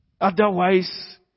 Otherwise